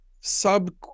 sub